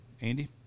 Andy